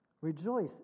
rejoice